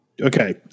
Okay